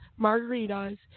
Margaritas